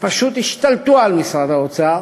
פשוט השתלטו על משרד האוצר